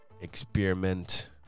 experiment